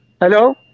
Hello